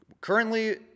currently